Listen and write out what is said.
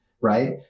Right